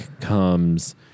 comes